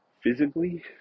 physically